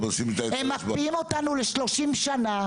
הם מקפיאים אותנו ל-30 שנה.